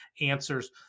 answers